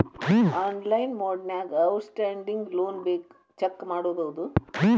online ಮೊಡ್ನ್ಯಾಗ outstanding loan check ಮಾಡಬೋದು